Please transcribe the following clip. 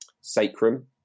sacrum